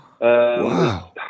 Wow